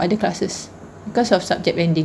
other classes because of subject bending